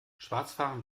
schwarzfahren